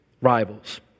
rivals